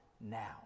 now